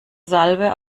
salve